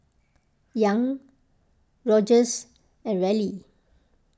Young Rogers and Reilly